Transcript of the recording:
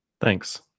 Thanks